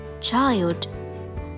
child